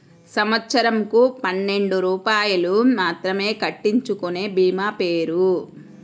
సంవత్సరంకు పన్నెండు రూపాయలు మాత్రమే కట్టించుకొనే భీమా పేరు?